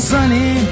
Sunny